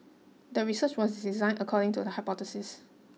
the research was designed according to the hypothesis